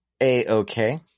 a-okay